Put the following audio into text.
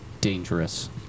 Dangerous